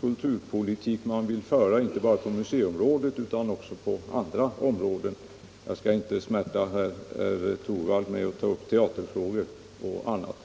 kulturpolitik man skall föra, inte bara på museiområdet utan också på andra områden. Jag skall inte smärta herr Torwald med att ta upp teaterfrågor och annat.